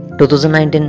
2019